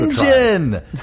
Engine